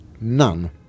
None